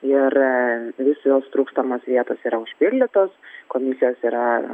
ir visos trūkstamos vietos yra užpildytos komisijos yra